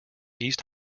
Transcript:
east